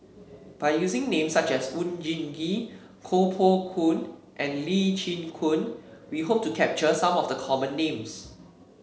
by using names such as Oon Jin Gee Koh Poh Koon and Lee Chin Koon we hope to capture some of the common names